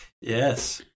Yes